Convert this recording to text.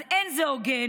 אז אין זה הוגן